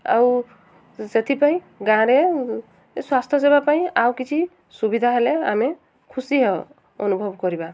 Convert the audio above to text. ଆଉ ସେଥିପାଇଁ ଗାଁ'ରେ ସ୍ୱାସ୍ଥ୍ୟ ସେବା ପାଇଁ ଆଉ କିଛି ସୁବିଧା ହେଲେ ଆମେ ଖୁସି ଅନୁଭବ କରିବା